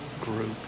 group